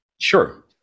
sure